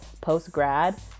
post-grad